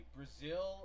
Brazil